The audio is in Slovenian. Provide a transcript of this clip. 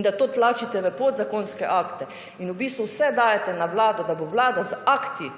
in da to tlačite v podzakonske akte in v bistvu vse dajete na vlado, da bo vlada z akti